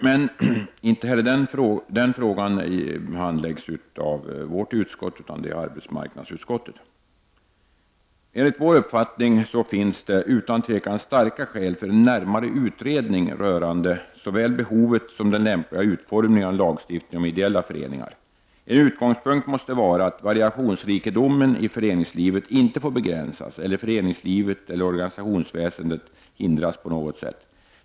Men inte heller den frågan handläggs av vårt utskott utan av arbetsmarknadsutskottet. Enligt vår uppfattning finns det utan tvekan starka skäl för en närmare utredning rörande såväl behovet som den lämpliga utformningen av lagstiftning om ideella föreningar. En utgångspunkt måste vara att variationsrikedomen i föreningslivet inte får begränsas eller att föreningslivet och organisationsväsendet hindras på något sätt.